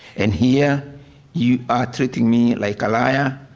and here you are treating me like ah liar.